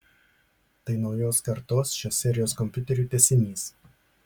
tai naujos kartos šios serijos kompiuterių tęsinys